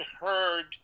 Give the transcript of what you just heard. heard